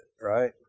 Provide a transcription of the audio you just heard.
right